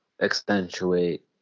accentuate